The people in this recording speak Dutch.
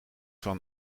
van